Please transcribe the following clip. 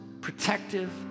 protective